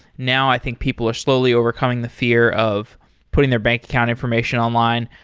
now, i think people are slowly overcoming the fear of putting their bank account information online.